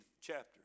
chapter